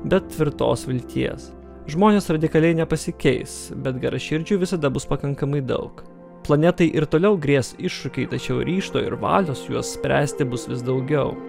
bet tvirtos vilties žmonės radikaliai nepasikeis bet geraširdžių visada bus pakankamai daug planetai ir toliau grės iššūkiai tačiau ryžto ir valios juos spręsti bus vis daugiau